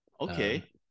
Okay